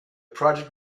project